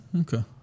Okay